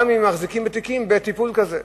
גם אם הם מחזיקים בתיקים בטיפול כזה.